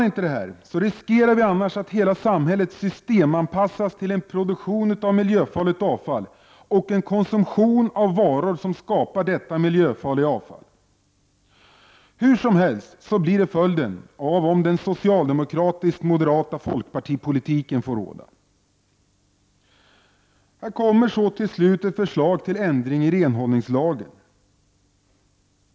Vi riskerar annars att hela samhället systemanpassas till en produktion av miljöfarligt avfall och en konsumtion av varor som skapar detta farliga avfall. Hur som helst så blir det följden, om den socialdemokratiskt-moderatafolkparti-politiken får råda. Här kommer så till slut ett förslag till ändring i renhållningslagen.